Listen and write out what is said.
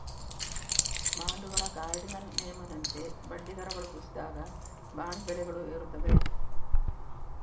ಬಾಂಡುಗಳ ಕಾರ್ಡಿನಲ್ ನಿಯಮದಂತೆ ಬಡ್ಡಿ ದರಗಳು ಕುಸಿದಾಗ, ಬಾಂಡ್ ಬೆಲೆಗಳು ಏರುತ್ತವೆ